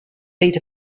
beat